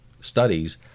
studies